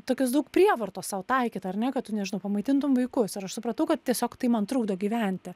tokios daug prievartos sau taikyt ar ne kad tu nežinau pamaitintum vaikus ir aš supratau kad tiesiog tai man trukdo gyventi